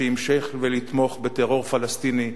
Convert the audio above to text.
שימשיך לתמוך בטרור פלסטיני,